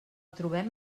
trobem